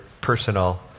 personal